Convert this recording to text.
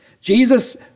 Jesus